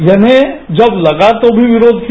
यानि जब लगा तो भी विरोध किया